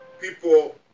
people